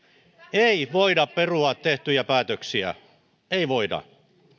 ei voida perua tehtyjä päätöksiä ei voida